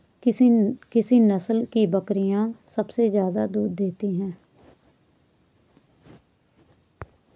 किस नस्ल की बकरीयां सबसे ज्यादा दूध देती हैं?